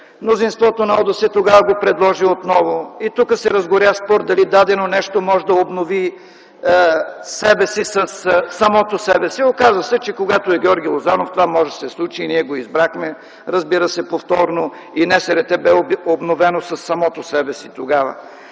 Мнозинството на ОДС тогава го предложи отново и тук се разгоря спор дали дадено нещо може да обнови себе си със самото себе си. Оказа се, че когато е Георги Лозанов, това може да се случи и ние го избрахме, разбира се повторно, и НСРТ бе обновено със самото себе си тогава.